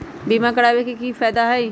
बीमा करबाबे के कि कि फायदा हई?